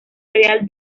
real